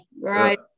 right